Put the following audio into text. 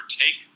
take